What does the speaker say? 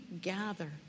gather